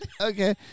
Okay